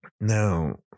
Now